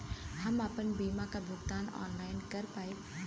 हम आपन बीमा क भुगतान ऑनलाइन कर पाईब?